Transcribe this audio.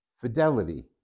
fidelity